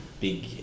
big